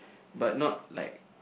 but not like